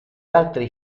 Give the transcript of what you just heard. altri